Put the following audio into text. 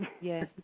Yes